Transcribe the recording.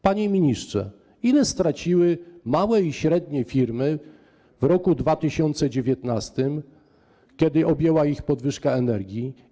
Panie ministrze, ile straciły małe i średnie firmy w roku 2019, kiedy objęła je podwyżka energii?